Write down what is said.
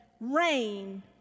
rain